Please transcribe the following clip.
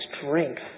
strength